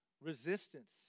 Resistance